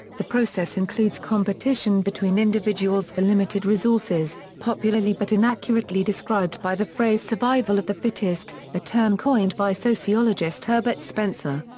the process includes competition between individuals for limited resources, popularly but inaccurately described by the phrase survival of the fittest, a term coined by sociologist herbert spencer.